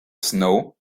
snow